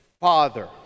father